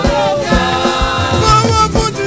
Powerful